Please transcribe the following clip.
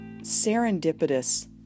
serendipitous